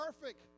perfect